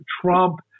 Trump